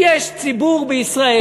יש ציבור בישראל,